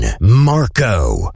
marco